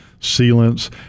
sealants